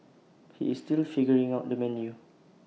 he is still figuring out the menu